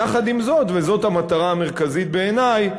יחד עם זאת, וזאת המטרה המרכזית בעיני,